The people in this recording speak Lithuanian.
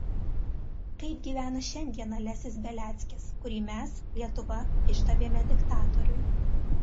kaip gyvena šiandien alesis beliackis kurį mes lietuva išdavėme diktatoriui